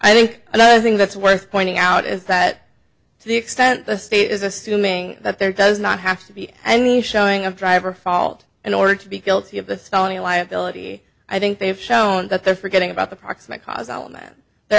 i think another thing that's worth pointing out is that to the extent the state is assuming that there does not have to be any showing of driver fault in order to be guilty of this felony liability i think they've shown that they're forgetting about the proximate cause of man they're